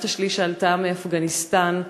סבתא שלי שעלתה מאפגניסטן.